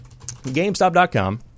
GameStop.com